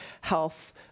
health